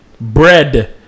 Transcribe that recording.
bread